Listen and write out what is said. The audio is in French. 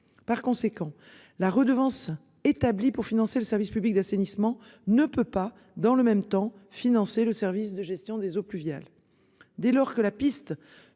Par conséquent, la redevance établi pour financer le service public d'assainissement ne peut pas dans le même temps financer le service de gestion des eaux pluviales. Dès lors que la piste